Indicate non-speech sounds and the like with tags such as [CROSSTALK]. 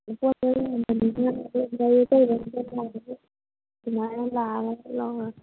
ꯄꯣꯠꯇꯣ ꯌꯥꯝꯕꯅꯤꯅ [UNINTELLIGIBLE] ꯒꯥꯔꯤ ꯑꯆꯧꯕ ꯑꯝꯗ ꯂꯥꯛꯑꯒ ꯑꯗꯨꯃꯥꯏꯅ ꯂꯥꯛꯑꯒ ꯂꯧꯔꯒꯦ